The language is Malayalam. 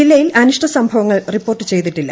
ജില്ലയിൽ അനിഷ്ട സംഭവങ്ങൾ റിപ്പോർട്ട് ചെയ്തിട്ടില്ല